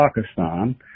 Pakistan